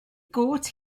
got